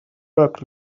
work